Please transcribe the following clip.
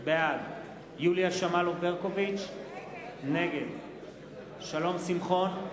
בעד יוליה שמאלוב-ברקוביץ, נגד שלום שמחון,